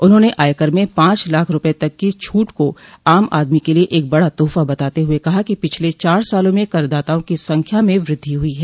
उन्होंने आयकर में पांच लाख रूपये तक की छूट को आम आदमी के लिये एक बड़ा तोहफा बताते हुए कहा कि पिछले चार सालों में करदाताओं की संख्या में वृद्धि हुई है